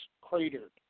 cratered